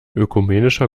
ökumenischer